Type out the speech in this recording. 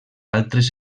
altres